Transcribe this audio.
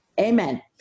amen